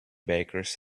bakers